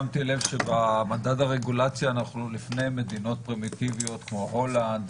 שמתי לב שבמדד הרגולציה אנחנו לפני מדינות "פרימיטיביות" כמו הולנד,